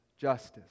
justice